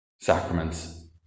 sacraments